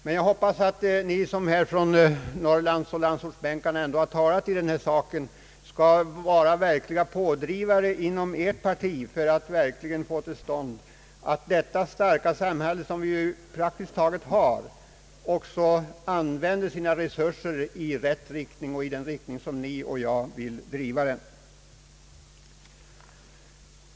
Men jag hoppas att ni som från Norrlandsoch landsortsbänkarna ändå har talat i denna sak skall vara verkliga pådrivare inom ert parti för att verkligen få det starka samhälle som vi har att använda dess resurser i rätt riktning — i den riktning som både ni och jag önskar.